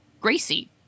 Gracie